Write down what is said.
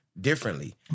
differently